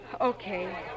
Okay